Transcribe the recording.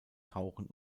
tauchen